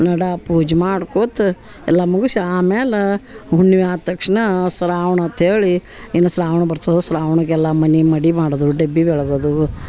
ನಳ ಪೂಜೆ ಮಾಡ್ಕೋತ ಎಲ್ಲ ಮುಗಿಸಿ ಆಮೇಲೆ ಹುಣ್ಣಿಮೆ ಆದ ತಕ್ಷಣ ಶ್ರಾವ್ಣ ಅಂತ್ಹೇಳಿ ಇನ್ನು ಶ್ರಾವ್ಣ ಬರ್ತದೆ ಶ್ರಾವ್ಣಗ ಎಲ್ಲ ಮನೆ ಮಡಿ ಮಾಡೋದು ಡಬ್ಬಿ ಬೆಳಗೋದು